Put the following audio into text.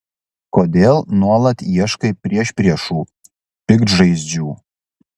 kodėl nuolat ieškai priešpriešų piktžaizdžių